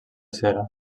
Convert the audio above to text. cera